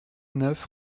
neuf